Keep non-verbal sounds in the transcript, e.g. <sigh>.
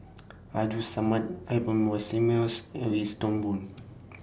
Abdul Samad Albert <unintelligible> and Wees Toon Boon